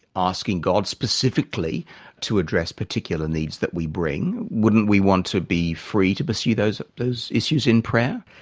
asking god specifically to address particular needs that we bring. wouldn't we want to be free to pursue those those issues in prayer?